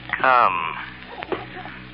Come